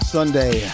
Sunday